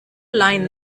line